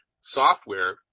software